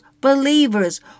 believers